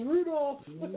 Rudolph